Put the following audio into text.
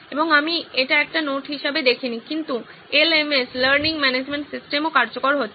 এবং আমি এটি একটি নোট হিসাবে দেখিনি কিন্তু এলএমএস লার্নিং ম্যানেজমেন্ট সিস্টেম ও কার্যকর হচ্ছে